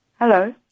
Hello